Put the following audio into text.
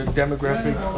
demographic